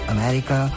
America